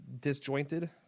disjointed